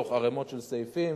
בתוך ערימות של סעיפים,